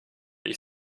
ich